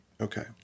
Okay